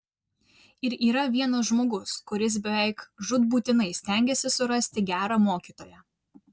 ir yra vienas žmogus kuris beveik žūtbūtinai stengiasi surasti gerą mokytoją